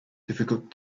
difficult